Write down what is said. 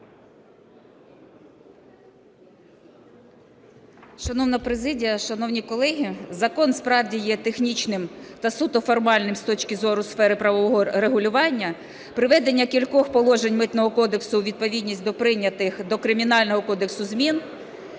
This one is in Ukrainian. Шановна президія, шановні колеги! Закон справді є технічним та суто формальним з точки зору сфери правового регулювання, приведення кількох положень Митного кодексу у відповідність до прийнятих, до Кримінального кодексу змін.